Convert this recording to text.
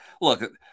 Look